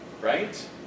right